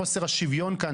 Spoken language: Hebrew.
חוסר השוויון כאן,